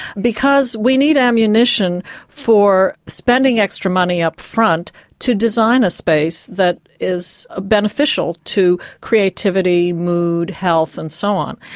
because we need ammunition for spending extra money up front to design a space that is ah beneficial to creativity, mood, health and so on.